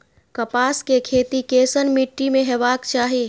कपास के खेती केसन मीट्टी में हेबाक चाही?